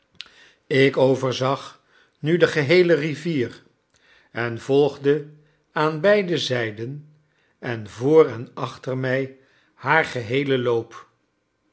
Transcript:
ik overzag nu de geheele rivier en volgde aan beide zijden en voor en achter mij haar geheelen loop